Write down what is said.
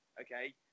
okay